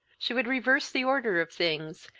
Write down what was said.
she would reverse the order of things,